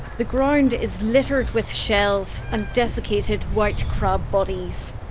the ground is littered with shells and desiccated white crab bodies.